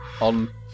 on